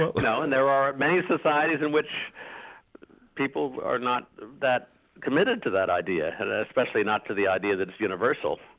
but so and there are many societies in which people are not that committed to that idea and especially not to the idea that it's universal.